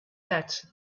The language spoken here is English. that